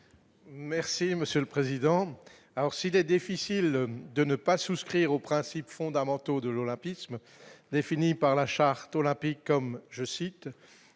monsieur le président, alors si des difficile de ne pas souscrire aux principes fondamentaux de l'olympisme, définie par la charte olympique comme, je cite,